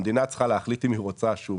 המדינה צריכה להחליט אם היא רוצה שום.